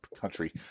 country